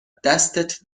دستت